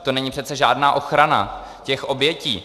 To není přece žádná ochrana obětí.